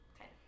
Okay